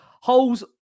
Holes